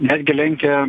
netgi lenkia